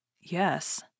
Yes